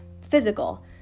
physical